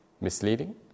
misleading